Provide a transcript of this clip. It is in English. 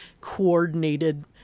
coordinated